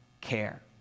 care